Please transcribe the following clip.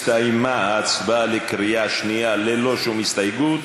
הסתיימה ההצבעה בקריאה שנייה, ללא שום הסתייגות.